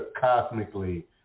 cosmically